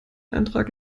eintrag